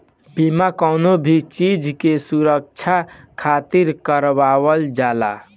बीमा कवनो भी चीज के सुरक्षा खातिर करवावल जाला